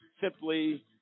simply